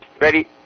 Ready